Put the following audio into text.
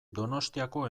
donostiako